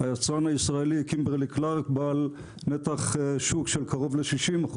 היצרן הישראלי קימברלי קלארק בעל נתח שוק של קרוב ל-60%.